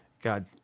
God